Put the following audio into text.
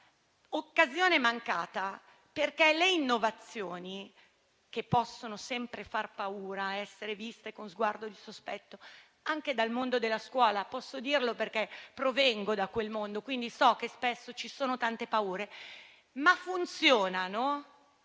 un'occasione mancata. Le innovazioni possono sempre far paura ed essere viste con uno sguardo di sospetto, anche dal mondo della scuola (posso dirlo perché provengo da quel mondo, quindi so che spesso ci sono tante paure), ma funzionano